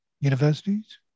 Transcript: universities